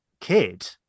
kid